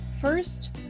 First